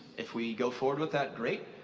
if we go forward with that great.